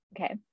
okay